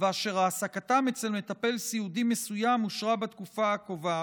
ואשר העסקתם אצל מטופל סיעודי מסוים אושרה בתקופה הקובעת,